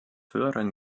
höheren